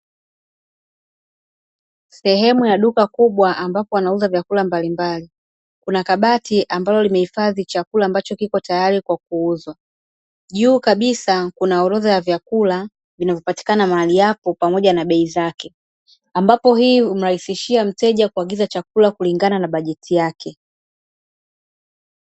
Sehemu ya duka kubwa ambapo wanauza chakula mbalimbali kuna kabati ambalo limehifadhi chakula ambacho kipo tayari kwa kuuzwa. Juu kabisa kuna orodha ya chakula vinavyopatikana mahali hapo pamoja na bei zake. Ambapo hii humsaidia mteja kuagiza chakula kulingana na bajeti yake.